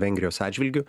vengrijos atžvilgiu